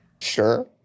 Sure